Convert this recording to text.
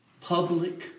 Public